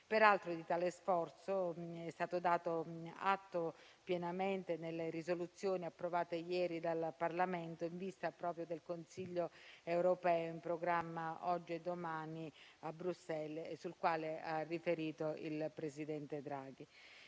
Peraltro, di tale sforzo è stato dato atto pienamente nelle proposte di risoluzione approvate ieri dal Parlamento, proprio in vista del Consiglio europeo, in programma oggi e domani a Bruxelles, sul quale ha riferito il presidente Draghi.